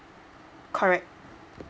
correct